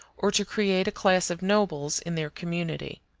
or to create a class of nobles in their community.